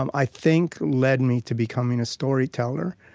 um i think led me to becoming a storyteller,